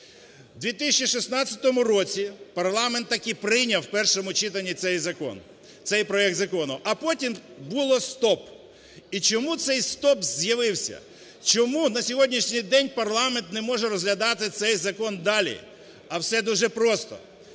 У 2016 році парламент таки прийняв в першому читанні цей закон, цей проект закону, а потім було "стоп". І чому цей стоп з'явився? Чому на сьогоднішній день парламент не може розглядати цей закон далі? А все дуже просто.